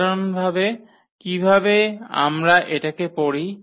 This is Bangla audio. সাধারণত কিভাবে আমরা এটাকে পড়ি